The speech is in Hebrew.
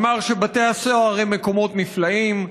אמר שבתי הסוהר הם מקומות נפלאים.